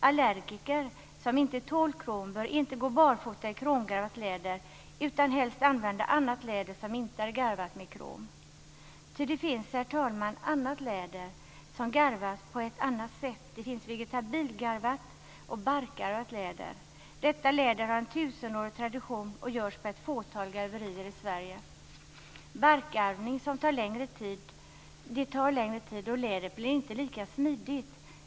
Allergiker som inte tål krom bör inte gå barfota i kromgarvat läder. De skall helst använda annat läder som inte är garvat med krom. Ty det finns, herr talman, annat läder. Det finns läder som garvas på ett annat sätt. Det finns vegetabilgarvat och barkgarvat läder. Detta läder har en tusenårig tradition och görs på ett fåtal garverier i Sverige. Barkgarvning tar längre tid, och lädret blir inte lika smidigt.